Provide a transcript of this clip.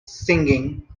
singing